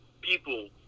people